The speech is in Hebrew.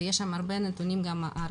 ויש שם הרבה נתונים מערכתיים.